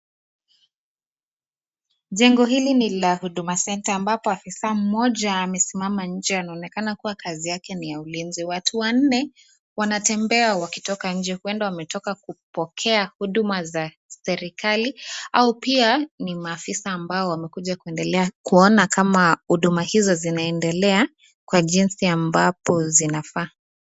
Jengo hili ni la Huduma Centre ambapo afisa mmoja amesimama nje, anaonekana kua kazi yake ni ya ulinzi. Watu wanne wanatembea wakitoka nje, huenda wametoka kupokea huduma za serikali au pia ni maafisa ambao wamekuja kuendelea kuona kama huduma hizo zinaendelea kwa jinsi ambapo zinafaa.